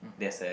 there's a